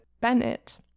Bennett